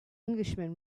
englishman